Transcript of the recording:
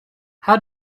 how